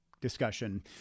discussion